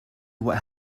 what